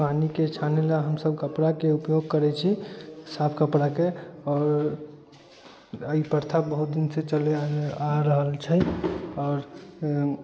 पानिके छाने लै हमसब कपड़ाके उपयोग करै छी साफ कपड़ाके आओर अइ प्रथा बहुत दिनसँ चलल आ रहल छै आओर